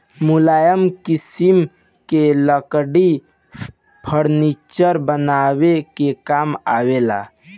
मुलायम किसिम के लकड़ी फर्नीचर बनावे के काम आवेला